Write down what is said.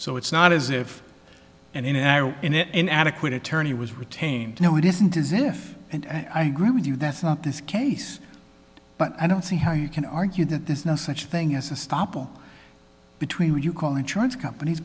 so it's not as if an error in it an adequate attorney was retained no it isn't is if and i agree with you that's not this case but i don't see how you can argue that there's no such thing as a stoppel between what you call insurance companies